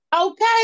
Okay